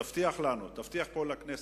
תבטיח לנו, תבטיח פה לכנסת,